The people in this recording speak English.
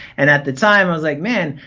and at the time, i was like, man,